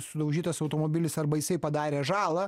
sudaužytas automobilis arba jisai padarė žalą